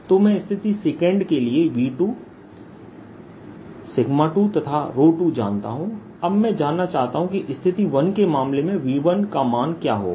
तो मैं स्थिति 2 के लिए V2 2तथा 2 जानता हूं अब मैं जानना चाहता हूं कि स्थिति 1के मामले में V1का मान क्या होगा